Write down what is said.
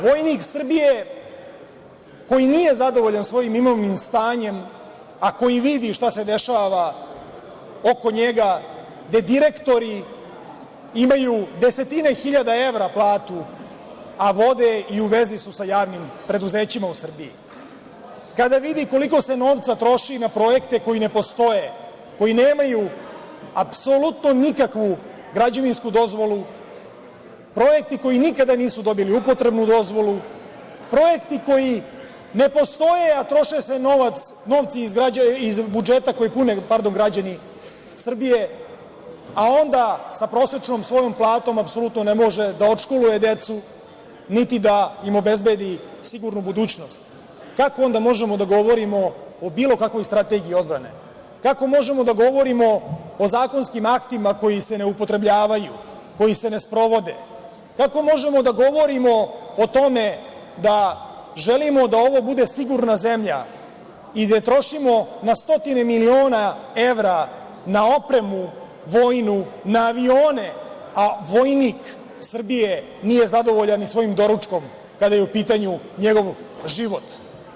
Vojnik Srbije koji nije zadovoljan svojim imovinskim stanjem, a koji vidi šta se dešava oko njega, gde direktori imaju desetine hiljada evra platu, a vode i u vezi su sa javnim preduzećima u Srbiji kada vidi koliko se novca troši na projekte koji ne postoje, koji nemaju apsolutno nikakvu građevinsku dozvolu, projekti koji nikada nisu dobili upotrebnu dozvolu, projekti koji ne postoje a troši se novci iz budžeta koji pune građani Srbije, a onda sa prosečnom platom apsolutno ne može da odškoluje decu, niti da im obezbedi sigurnu budućnost, kako onda možemo da govorimo o bilo kakvoj strategiji odbrane, kako možemo da govorimo o zakonskim aktima koji se ne upotrebljavaju, koji se ne sprovode, kako možemo da govorimo o tome da želimo da ovo bude sigurna zemlja i da trošimo na stotine miliona evra na opremu vojnu, na avione, a vojnik Srbije nije zadovoljan ni svojim doručkom kada je u pitanju njegov život.